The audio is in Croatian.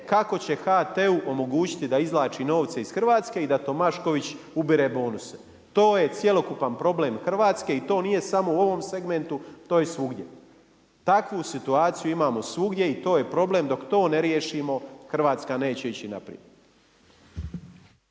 kako će HT-u omogućiti da izvlači novce iz Hrvatske i da Tomašković ubire bonuse. To je cjelokupan problem Hrvatske i to nije samo u ovom segmentu, to je svugdje. Takvu situaciju imamo svugdje i to je problem, dok to ne riješimo Hrvatska neće ići naprijed.